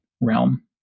realm